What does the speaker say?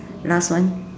last one